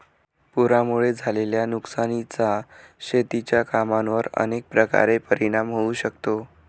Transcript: पुरामुळे झालेल्या नुकसानीचा शेतीच्या कामांवर अनेक प्रकारे परिणाम होऊ शकतो